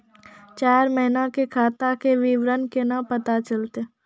चार महिना के खाता के विवरण केना पता चलतै?